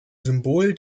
symbol